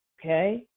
Okay